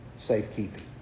safekeeping